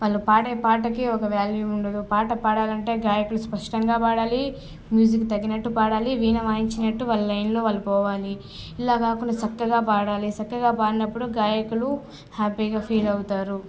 వాళ్ళు పాడే పాటకి ఒక వ్యాల్యూ ఉండదు పాట పాడాలంటే గాయకులు స్పష్టంగా పాడాలి మ్యూజిక్ తగినట్టు పాడాలి వీణ వాయించినట్టు వాయించినట్టు వాళ్ళ లైన్లో వాళ్ళు పోవాలి ఇలా కాకుండా చక్కగా పాడాలి సక్కగా పాడినప్పుడు గాయకులు హ్యాపీగా ఫీల్ అవుతారు